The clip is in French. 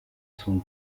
son